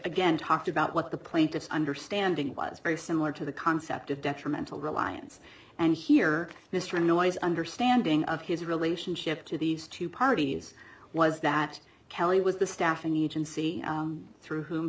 again talked about what the plaintiff's understanding was very similar to the concept of detrimental reliance and here mr noyes understanding of his relationship to these two parties was that kelly was the staff in the agency through whom